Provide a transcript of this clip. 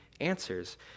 answers